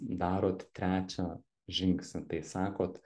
darot trečią žingsnį tai sakot